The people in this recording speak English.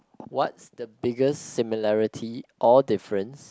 what's the biggest similarity or difference